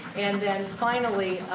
and then, finally,